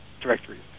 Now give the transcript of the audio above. directories